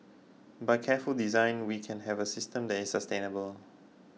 by careful design we can have a system that is sustainable